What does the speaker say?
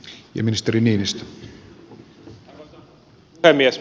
arvoisa puhemies